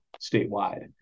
statewide